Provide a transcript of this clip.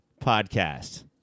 Podcast